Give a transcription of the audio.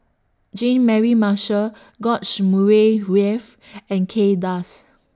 Jean Mary Marshall George Murray Reith and Kay Das